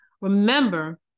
Remember